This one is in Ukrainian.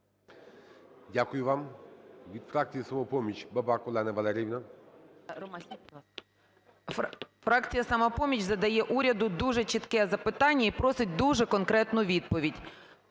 Дякую вам. Від фракції "Самопоміч" – Бабак Олена Валеріївна.